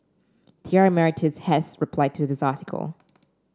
T R Emeritus has replied to this article